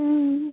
ம்